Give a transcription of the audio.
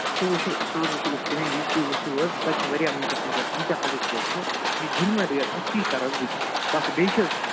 سُہ وُچھَو سُہ حظ وُچھَو أسۍ تٔمی وِزِ تُہۍ وُچھِو حظ تَتہِ چھِ واریاہ وُنکٮ۪س مطلب ییٖتیاہ ہاوُس بوٹ چھِ یہِ جینوَن ریٹ آسہِ تی کَرٕ حظ بہٕ تہِ بَس بیٚیہِ چھِ حظ کیٚنٛہہ